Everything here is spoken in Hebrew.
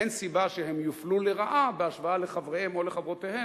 אין סיבה שהם יופלו לרעה בהשוואה לחבריהם או לחברותיהם,